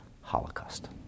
Holocaust